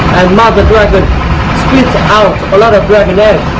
mother dragon spit so out a lot of dragon air.